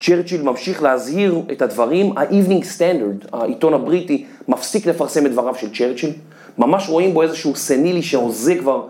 צ'רצ'יל ממשיך להזהיר את הדברים. ה-Evening Standard, העיתון הבריטי, מפסיק לפרסם את דבריו של צ'רצ'יל. ממש רואים בו איזשהו סנילי, שהוזה כבר..